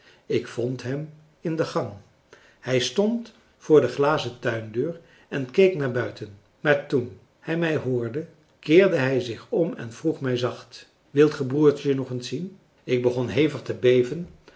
ik vond hem in den gang hij stond voor de glazen tuindeur en keek naar buiten maar toen hij mij hoorde keerde hij zich om en vroeg mij zacht wilt ge broertje nog eens zien ik begon hevig te beven